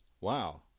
Wow